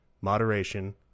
Moderation